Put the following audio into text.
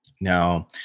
Now